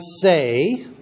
say